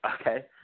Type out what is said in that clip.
Okay